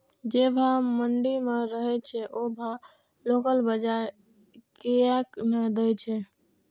जे भाव मंडी में रहे छै ओ भाव लोकल बजार कीयेक ने दै छै?